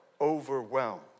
overwhelmed